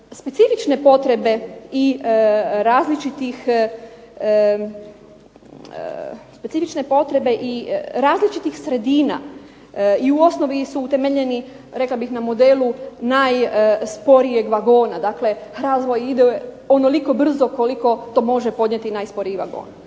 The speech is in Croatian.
specifične potrebe i različitih sredina i u osnovi su utemeljeni rekla bih na modelu najsporijeg vagona. Dakle, razvoj ide onoliko brzo koliko to može podnijeti najsporiji vagon.